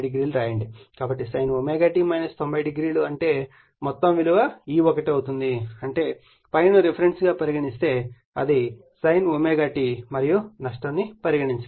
కాబట్టి sin ω t 90o అంటే మొత్తం విలువ E1 అవుతుంది అంటే ∅ ను రిఫరెన్స్ గా పరిగణిస్తే అది sin ω t మరియు నష్టం ను పరిగణించడం లేదు